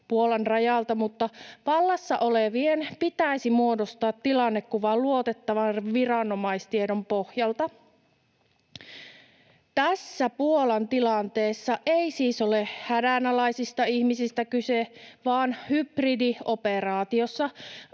mutta vallassa olevien pitäisi muodostaa tilannekuva luotettavan viranomaistiedon pohjalta. Tässä Puolan tilanteessa ei siis ole hädänalaisista ihmisistä kyse vaan hybridioperaatiosta.